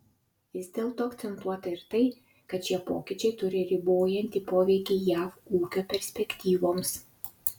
vis dėlto akcentuota ir tai kad šie pokyčiai turi ribojantį poveikį jav ūkio perspektyvoms